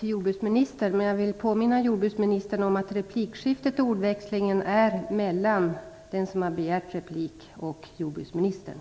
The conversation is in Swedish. Jag vill påminna jordbruksministern om att replikskiftet och ordväxlingen är mellan den som har begärt replik och jordbruksministern.